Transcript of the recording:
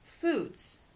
foods